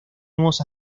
nuevos